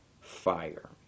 fire